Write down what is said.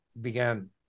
began